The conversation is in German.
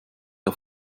der